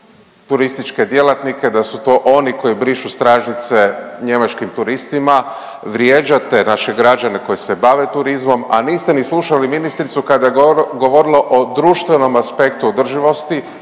turističke djelatnike da su to oni koji brišu stražnjice njemačkim turistima, vrijeđate naše građane koji se bave turizmom, a niste ni slušali ministricu kada je govorila o društvenom aspektu održivosti,